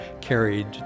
carried